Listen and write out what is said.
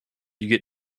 you